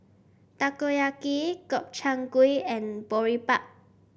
Takoyaki Gobchang Gui and Boribap